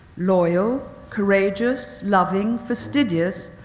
loyal, courageous, loving, fastidious,